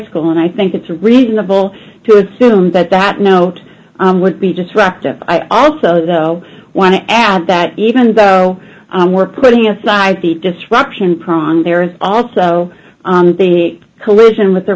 school and i think it's reasonable to assume that that note would be disruptive i also want to add that even though we're putting aside the disruption prong there is also the collusion with the